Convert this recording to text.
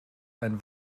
ein